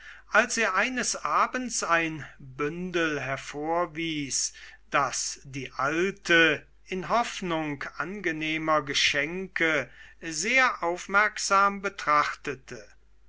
als er eines abends ein bündel hervorwies das die alte in hoffnung angenehmer geschenke sehr aufmerksam betrachtete